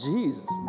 Jesus